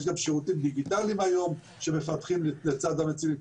יש גם שירותים דיגיטליים היום שמפתחים לצד המצילים.